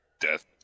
Death